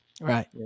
right